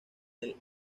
del